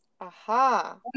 Aha